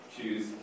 choose